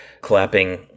clapping